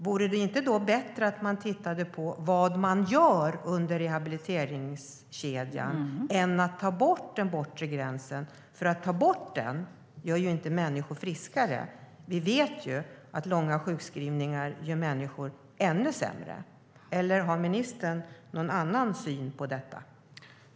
Vore det inte bättre att titta på vad man gör under rehabiliteringskedjan än att ta bort den bortre gränsen? Att ta bort den gör ju inte människor friskare. Vi vet att långa sjukskrivningar gör människor ännu sämre. Eller har ministern någon annan syn på detta?